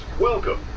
welcome